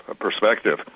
perspective